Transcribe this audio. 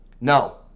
No